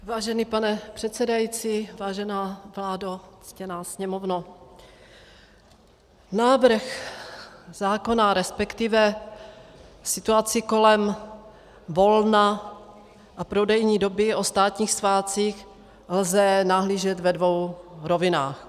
Vážený pane předsedající, vážená vládo, ctěná Sněmovno, na návrh zákona, resp. situaci kolem volna a prodejní doby o státních svátcích lze nahlížet ve dvou rovinách.